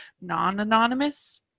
non-anonymous